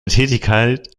tätigkeit